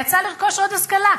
יצאה לרכוש עוד השכלה,